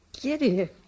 Giddy